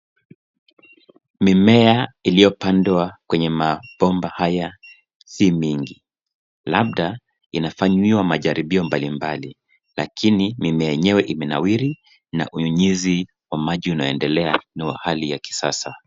Mimea iliyopandwa kwenye mabomba haya si mingi, labda inafanyiwa majaribio mbalimbali lakini mimea yenyewe imenawiri na unyunyizi wa maji unaendelea na hali ya kisasa.